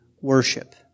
worship